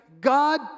God